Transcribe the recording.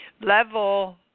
level